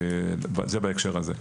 זה בהקשר הזה.